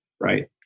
right